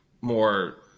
more